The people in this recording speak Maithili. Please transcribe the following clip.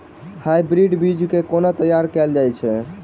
हाइब्रिड बीज केँ केना तैयार कैल जाय छै?